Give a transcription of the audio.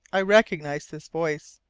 i recognized this voice.